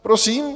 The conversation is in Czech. Prosím?